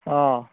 ହଁ